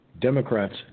Democrats